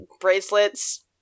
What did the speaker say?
bracelets